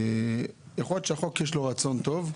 יכול להיות שיש בחוק רצון טוב,